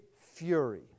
fury